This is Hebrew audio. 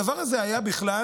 הדבר הזה היה בכלל